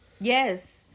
Yes